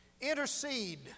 Intercede